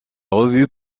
revue